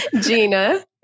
Gina